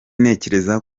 ntekereza